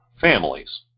families